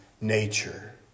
nature